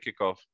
kickoff